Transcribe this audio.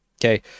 Okay